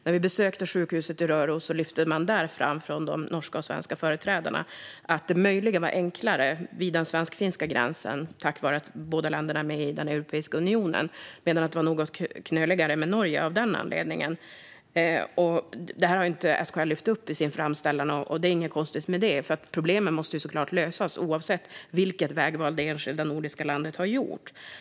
När vi besökte sjukhuset i Røros lyfte de norska och svenska företrädarna fram att det möjligen var enklare vid den svensk-finska gränsen tack vare att båda länderna är med i Europeiska unionen, medan det var något knöligare med Norge. Det här har SKL inte lyft upp i sin framställan. Det är inte konstigt eftersom problemen såklart måste lösas oavsett vilket vägval det enskilda nordiska landet har gjort.